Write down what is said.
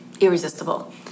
irresistible